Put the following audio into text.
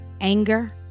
anger